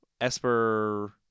Esper